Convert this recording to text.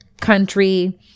country